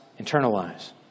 internalize